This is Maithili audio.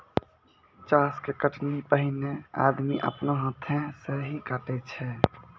चास के कटनी पैनेहे आदमी आपनो हाथै से ही काटै छेलै